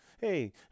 hey